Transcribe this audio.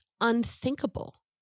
unthinkable